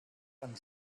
and